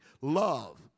Love